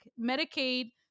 Medicaid